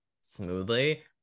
smoothly